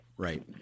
Right